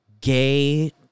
gay